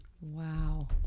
Wow